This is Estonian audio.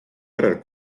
järel